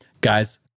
guys